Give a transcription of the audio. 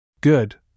Good